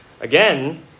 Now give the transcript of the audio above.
again